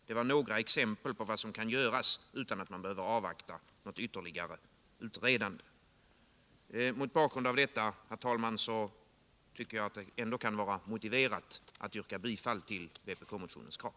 Det var några exempel på vad som kan göras utan att man behöver avvakta ytterligare utredande, och mot bakgrund av detta, herr talman, tycker jag att det ändå kan vara motiverat att yrka bifall till vpk-motionens krav.